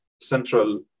central